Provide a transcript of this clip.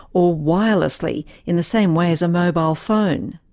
or wirelessly in the same way as a mobile phone.